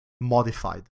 modified